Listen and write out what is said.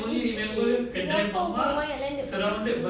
singapore berapa banyak landed property